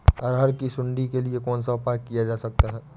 अरहर की सुंडी के लिए कौन सा उपाय किया जा सकता है?